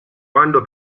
quando